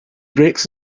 brakes